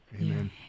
Amen